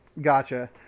Gotcha